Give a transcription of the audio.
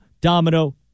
domino